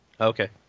Okay